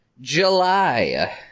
July